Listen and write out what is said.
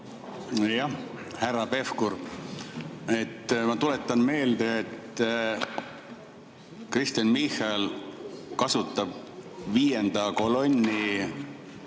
Jah, härra Pevkur. Ma tuletan meelde, et Kristen Michal kasutab viienda kolonni